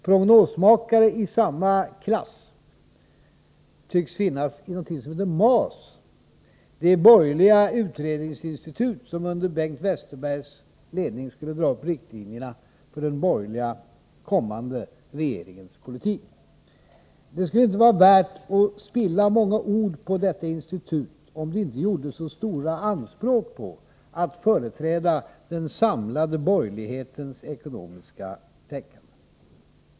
Prognosmakare av samma klass som Adelsohn tycks finnas i MAS, det borgerliga utredningsinstitut som under Bengt Westerbergs ledning skulle dra upp riktlinjerna för den kommande borgerliga regeringens politik. Det skulle inte vara värt att spilla många ord på detta institut, om det inte gjorde så stora anspråk på att företräda den samlade borgerlighetens ekonomiska tänkande.